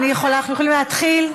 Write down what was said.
אנחנו יכולים להתחיל?